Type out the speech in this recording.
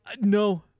no